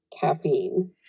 caffeine